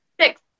Six